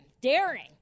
daring